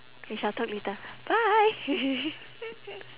we shall talk later bye